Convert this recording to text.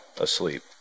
asleep